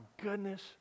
goodness